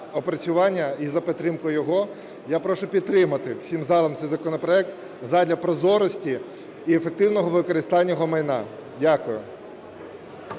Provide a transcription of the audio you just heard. опрацювання і за підтримку його. Я прошу підтримати всім залом цей законопроект задля прозорості і ефективного використання його майна. Дякую.